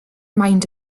mind